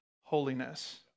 holiness